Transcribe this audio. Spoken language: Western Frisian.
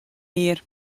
mear